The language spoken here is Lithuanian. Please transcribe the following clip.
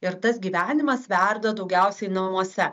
ir tas gyvenimas verda daugiausiai namuose